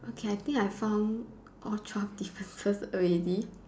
okay I think I found all twelve differences already